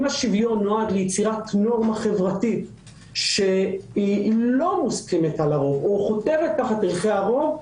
משמעות ערכי היסוד היא דיון שצריך לתת לו מקום.